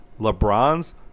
LeBron's